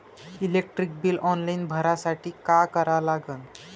Electric bill online भरासाठी का करा लागन?